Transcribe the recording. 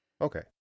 okay